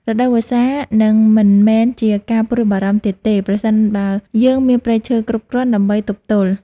រដូវវស្សានឹងមិនមែនជាការព្រួយបារម្ភទៀតទេ ប្រសិនបើយើងមានព្រៃឈើគ្រប់គ្រាន់ដើម្បីទប់ទល់។